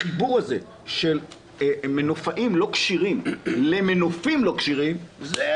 החיבור הזה של מנופאים לא כשירים למנופים לא כשירים זאת